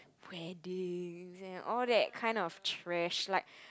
where do all that kind of trash like